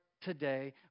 today